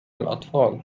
الأطفال